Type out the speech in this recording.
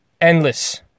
endless